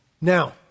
Now